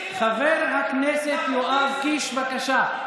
חבר הכנסת יואב קיש, בבקשה.